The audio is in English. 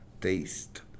taste